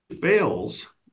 fails